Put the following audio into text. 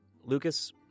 Lucas